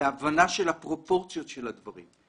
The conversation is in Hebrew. להבנה של הפרופורציות של הדברים,